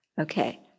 Okay